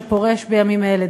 שפורש בימים אלה,